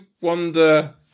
wonder